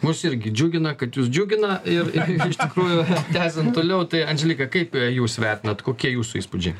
mus irgi džiugina kad jus džiugina ir ir iš tikrųjų tęsiant toliau tai andželika kaip jūs vertinat kokie jūsų įspūdžiai